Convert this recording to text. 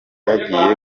yagiye